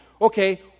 Okay